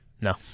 No